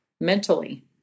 mentally